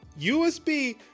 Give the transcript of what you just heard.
USB